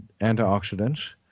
antioxidants